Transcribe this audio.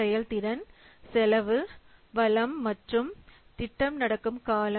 செயல்திறன் செலவு வளம் மற்றும் திட்டம் நடக்கும் காலம்